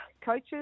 Coaches